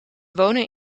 wonen